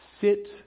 sit